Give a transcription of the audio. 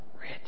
rich